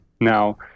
Now